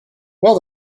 well